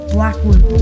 Blackwood